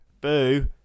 Boo